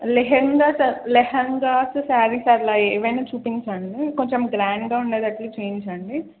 లెహెంగా లెహెంగాస్ శారీస్ అట్లా ఏమైనా చూపించండి కొంచెం గ్రాండ్గా ఉండేటట్టు చూపించండి